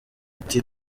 ati